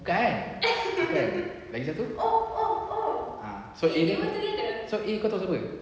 bukan bukan lagi satu ah so a dia a kau tahu siapa